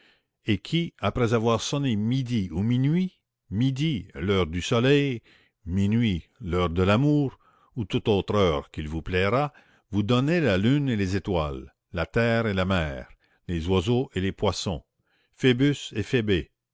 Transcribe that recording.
et qui après avoir sonné midi ou minuit midi l'heure du soleil minuit l'heure de l'amour ou toute autre heure qu'il vous plaira vous donnait la lune et les étoiles la terre et la mer les oiseaux et les poissons phébus et phébé